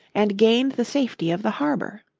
and gained the safety of the harbour.